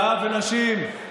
זהב ונשים,